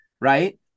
right